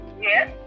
Yes